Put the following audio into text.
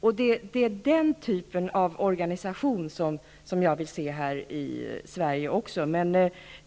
Det är den typen av organisation som jag vill se också här i Sverige.